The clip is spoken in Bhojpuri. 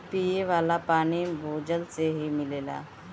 पिये वाला पानी भूजल से ही मिलेला